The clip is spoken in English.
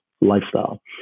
lifestyle